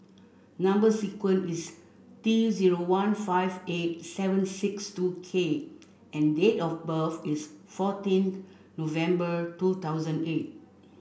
number sequence is T zero one five eight seven six two K and date of birth is fourteenth November two thousand eight